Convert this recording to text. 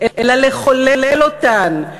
אלא לחולל אותן.